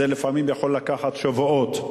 זה לפעמים יכול לקחת שבועות.